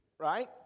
Right